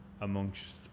amongst